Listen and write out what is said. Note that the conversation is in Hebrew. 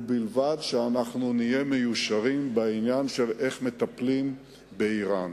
ובלבד שנהיה מיושרים בעניין של איך מטפלים באירן.